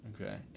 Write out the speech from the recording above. Okay